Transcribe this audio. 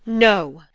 no!